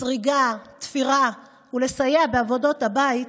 סריגה ותפירה ובלסייע בעבודות הבית,